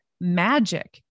magic